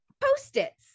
post-its